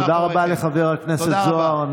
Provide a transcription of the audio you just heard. תודה רבה לחבר הכנסת זוהר.